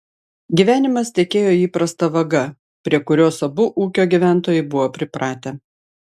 gyvenimas tekėjo įprasta vaga prie kurios abu ūkio gyventojai buvo pripratę